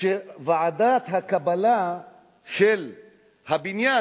שוועדת הקבלה של הבניין,